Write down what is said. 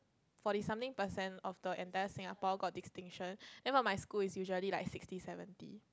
forty something percent of the entire Singapore Got distinction then for my school is usually sixty seventy